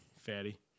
Fatty